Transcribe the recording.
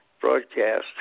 broadcast